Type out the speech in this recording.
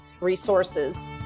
resources